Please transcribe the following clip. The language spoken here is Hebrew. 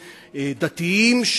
דתיים,